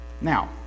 Now